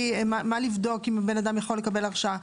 ומה לבדוק אם האדם יכול לקבל הרשאה.